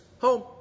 home